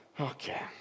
Okay